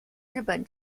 日本